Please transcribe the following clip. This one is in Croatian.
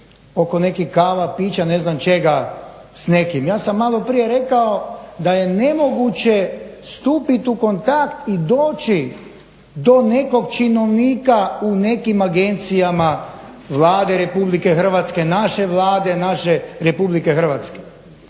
oko nekih kava, pića, ne znam čega s nekim. Ja sam malo prije rekao da je nemoguće stupiti u kontakti i doći do nekog činovnika u nekim agencijama Vlade RH, naše Vlade, naše RH.